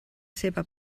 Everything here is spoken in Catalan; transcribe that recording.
seva